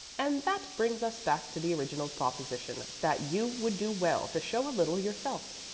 and that brings us back to the original proposition that you would do well to show a little yourself.